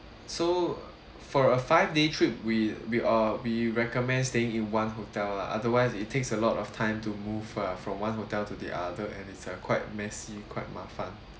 so for a five day trip we we uh we recommend staying in one hotel lah otherwise it takes a lot of time to move uh from one hotel to the other and it's uh quite messy quite mafan